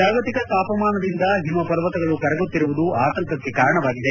ಜಾಗತಿಕ ತಾಪಮಾನದಿಂದ ಹಿಮ ಪರ್ವತಗಳು ಕರಗುತ್ತಿರುವುದು ಆತಂಕಕ್ಕೆ ಕಾರಣವಾಗಿದೆ